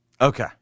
Okay